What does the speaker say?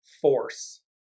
force